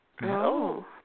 Hello